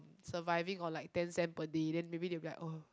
surviving on like ten cent per day then maybe they'll be like oh